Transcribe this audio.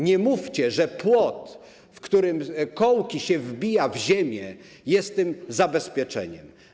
Nie mówcie, że płot, w którym kołki wbija się w ziemię, jest tym zabezpieczeniem.